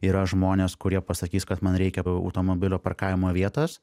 yra žmonės kurie pasakys kad man reikia automobilio parkavimo vietos